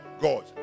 God